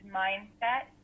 mindset